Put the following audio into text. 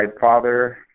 father